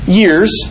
years